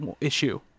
issue